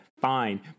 fine